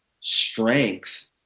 strength